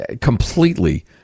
completely